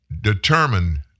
determined